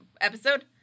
episode